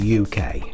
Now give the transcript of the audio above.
uk